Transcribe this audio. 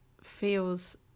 feels